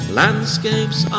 landscapes